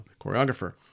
choreographer